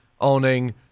owning